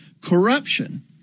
corruption